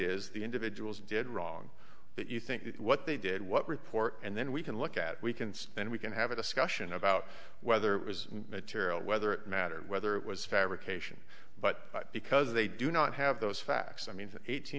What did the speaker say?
is the individuals did wrong that you think what they did what report and then we can look at we can spend we can have a discussion about whether it was material whether it mattered whether it was fabrication but because they do not have those facts i mean eighteen